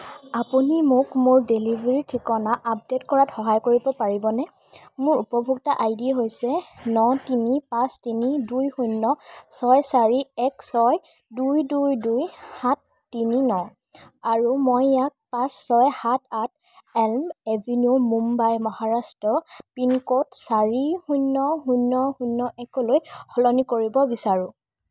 আপুনি মোক মোৰ ডেলিভাৰী ঠিকনা আপডে'ট কৰাত সহায় কৰিব পাৰিবনে মোৰ উপভোক্তা আই ডি হৈছে ন তিনি পাঁচ তিনি দুই শূন্য ছয় চাৰি এক ছয় দুই দুই দুই সাত তিনি ন আৰু মই ইয়াক পাঁচ ছয় সাত আঠ Elm Avenue Mumbai Maharashtra pincode চাৰি শূন্য শূন্য শূন্য শূন্য একলৈ সলনি কৰিব বিচাৰোঁ